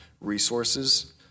resources